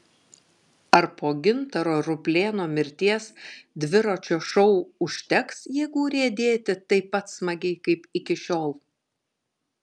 ar po gintaro ruplėno mirties dviračio šou užteks jėgų riedėti taip pat smagiai kaip iki šiol